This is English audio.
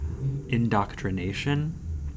indoctrination